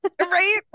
Right